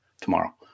tomorrow